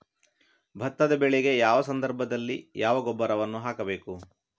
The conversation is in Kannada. ಭತ್ತದ ಬೆಳೆಗೆ ಯಾವ ಸಂದರ್ಭದಲ್ಲಿ ಯಾವ ಗೊಬ್ಬರವನ್ನು ಹಾಕಬೇಕು?